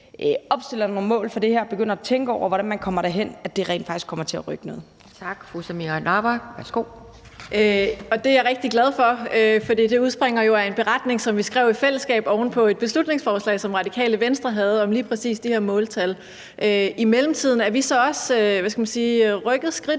opstiller nogle mål for det her og begynder at tænke over, hvordan man kommer derhen, rent faktisk kommer til at rykke noget. Kl. 11:53 Anden næstformand (Pia Kjærsgaard): Fru Samira Nawa, værsgo. Kl. 11:53 Samira Nawa (RV): Og det er jeg rigtig glad for, for det udspringer jo af en beretning, som vi skrev i fællesskab oven på et beslutningsforslag, som Radikale Venstre havde, om lige præcis de her måltal. I mellemtiden er vi så også rykket skridtet